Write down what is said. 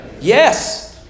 Yes